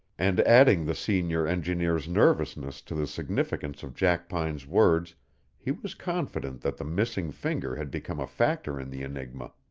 and adding the senior engineer's nervousness to the significance of jackpine's words he was confident that the missing finger had become a factor in the enigma.